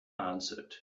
answered